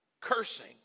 cursing